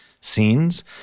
scenes